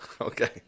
Okay